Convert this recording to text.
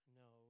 no